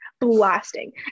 blasting